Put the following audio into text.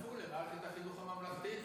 שיצטרפו למערכת החינוך הממלכתית,